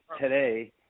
today